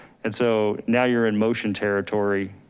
and so now you're in motion territory.